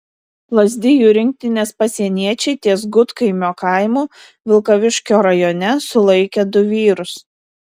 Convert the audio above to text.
lazdijų rinktinės pasieniečiai ties gudkaimio kaimu vilkaviškio rajone sulaikė du vyrus